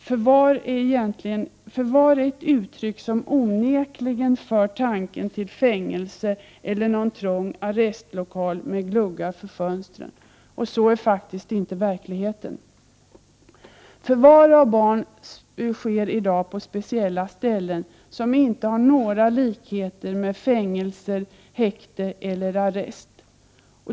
Förvar är ett uttryck som onekligen för tanken till fängelse eller någon trång arrestlokal med gluggar för fönstren. Så är faktiskt inte verkligheten. Förvar av barn sker i dag på speciella ställen som inte har några likheter med fängelser, häkte eller arrest.